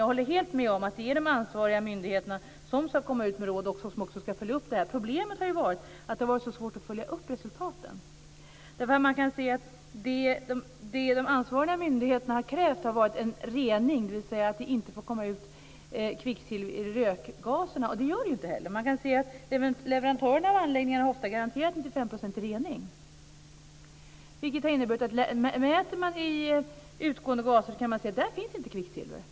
Jag håller helt med om att det är de ansvariga myndigheterna som ska komma ut med råd och som också ska följa upp detta. Problemet har varit att det har varit så svårt att följa upp resultaten. De ansvariga myndigheterna har krävt en rening, dvs. att det inte får komma ut kvicksilver i rökgaserna, och det gör det inte heller. Leverantörerna av anläggningarna har ofta garanterat en rening på 95 %, och om man mäter de utgående gaserna hittar man inget kvicksilver.